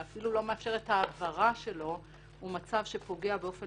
אפילו לא מאפשרת העברה שלו הוא מצב שפוגע באופן